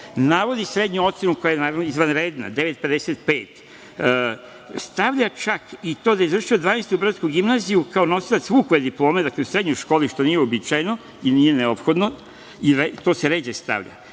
navodi srednju ocenu koja je izvanredna 9.55, stavlja čak i to da je završio Dvanaestu beogradsku gimnaziju kao nosilaca Vukove diplome, dakle usrednjoj školi, što nije uobičajeno, i nije neophodno, to se ređe stavlja,